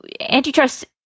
antitrust